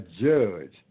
judge